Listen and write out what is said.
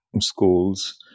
schools